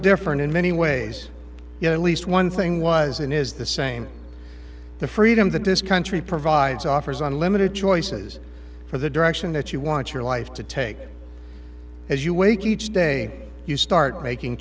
different in many ways yet least one thing was and is the same the freedom that this country provides offers on limited choices for the direction that you want your life to take as you wake each day you start making